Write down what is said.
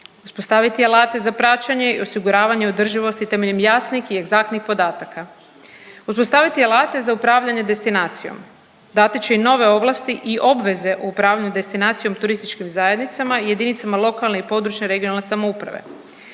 uspostaviti alate za praćenje i osiguravanje održivosti temeljem jasnih i egzaktnih podataka, uspostaviti alate za upravljanje destinacijom, dati će i nove ovlasti i obveze u upravljanju destinacijom turističkim zajednicama i jedinice lokalne i područne (regionalne) samouprave.